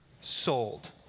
sold